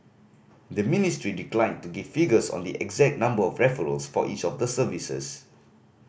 the ministry declined to give figures on the exact number of referrals for each of the services